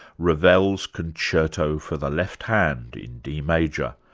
ravel's concerto for the left hand in d major.